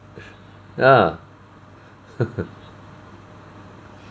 ah